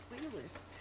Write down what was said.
playlist